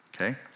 okay